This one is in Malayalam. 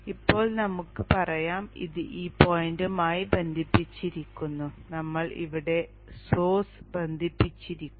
ഇപ്പോൾ നമുക്ക് പറയാം ഇത് ഈ പോയിന്റുമായി ബന്ധിപ്പിച്ചിരിക്കുന്നു നമ്മൾ ഇവിടെ സോഴ്സ് ബന്ധിപ്പിച്ചിരിക്കുന്നു